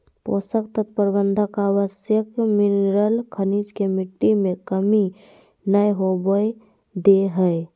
पोषक तत्व प्रबंधन आवश्यक मिनिरल खनिज के मिट्टी में कमी नै होवई दे हई